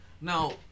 Now